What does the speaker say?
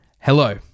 Hello